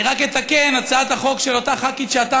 אני רק אתקן: הצעת החוק של אותה ח"כית שאתה